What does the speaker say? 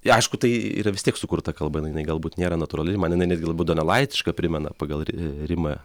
ji aišku tai yra vis tiek sukurta kalba jinai galbūt nėra natūrali man jinai netgi labiau donelaitišką primena pagal ri rimą